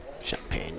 champagne